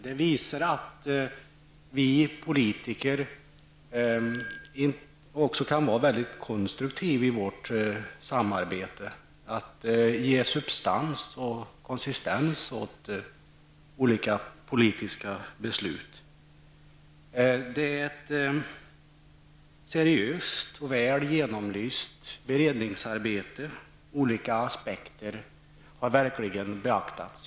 Det visar att vi politiker också kan vara konstruktiva i vårt samarbete, dvs. ge substans och konsistens åt olika politiska beslut. Betänkandet är resultatet av ett seriöst och väl genomlyst beredningsarbete. Olika aspekter har verkligen beaktats.